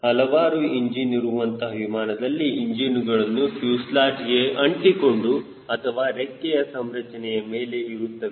ಹಲವಾರು ಇಂಜಿನ್ ಇರುವಂತಹ ವಿಮಾನಿನಲ್ಲಿ ಇಂಜಿನ್ಗಳು ಫ್ಯೂಸೆಲಾಜ್ಗೆ ಅಂಟಿಕೊಂಡು ಅಥವಾ ರೆಕ್ಕೆಯ ಸಂರಚನೆಯ ಮೇಲೆ ಇರುತ್ತವೆ